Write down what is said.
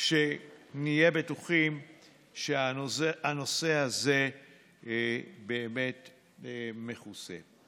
כדי שנהיה בטוחים שהנושא הזה באמת מכוסה.